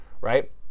right